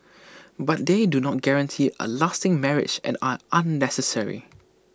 but they do not guarantee A lasting marriage and are unnecessary